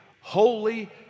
holy